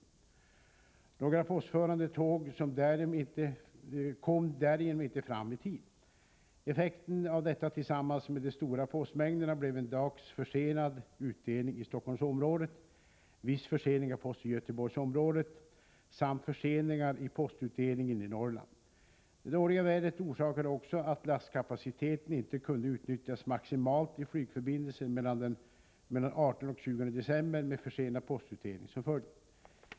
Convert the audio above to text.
En del postförande tåg kom därigenom inte fram i tid. Effekten av detta tillsammans med de stora postmängderna blev en dags försenad utdelning i Stockholmsområdet, viss försening av post i Göteborgsområdet samt förseningar i postutdelningen i Norrland. Det dåliga vädret orsakade också att lastkapaciteten inte kunde utnyttjas maximalt i flygförbindelserna mellan den 18 och 22 december med försenad postutdelning som följd.